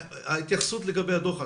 ההתייחסות לגבי הדוח עצמו.